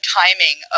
timing